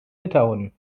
litauen